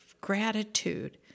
gratitude